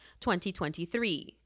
2023